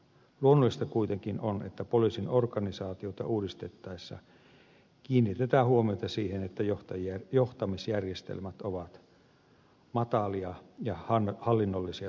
luonnollista kuitenkin on että poliisin organisaatiota uudistettaessa kiinnitetään huomiota siihen että johtamisjärjestelmät ovat matalia ja hallinnollisia tehtäviä keskitetään